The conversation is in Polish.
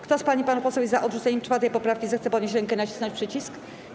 Kto z pań i panów posłów jest za odrzuceniem 4. poprawki, zechce podnieść rękę i nacisnąć przycisk.